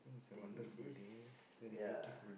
think this ya